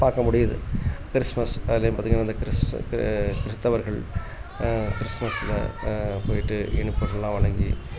பார்க்க முடியுது கிறிஸ்மஸ் அதுலேயும் பார்த்தீங்கன்னா இந்த கிறிஸ்து கிறிஸ்தவர்கள் கிறிஸ்மஸில் போய்விட்டு இனிப்புகள்லாம் வழங்கி